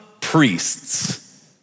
priests